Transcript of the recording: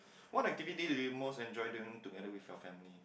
what activity do you most enjoy during together with your family